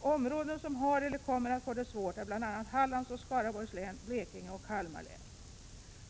Områden som har eller kommer att få det svårt är bl.a. Hallands och Skaraborgs län, Blekinge och Kalmar län.